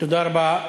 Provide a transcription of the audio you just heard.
תודה רבה.